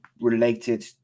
related